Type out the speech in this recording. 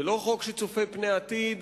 זה לא חוק שצופה פני עתיד,